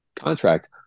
contract